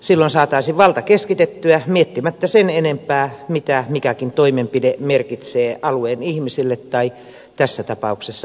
silloin saataisiin valta keskitettyä miettimättä sen enempää mitä mikäkin toimenpide merkitsee alueen ihmisille tai tässä tapauksessa palveluille